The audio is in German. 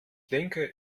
denke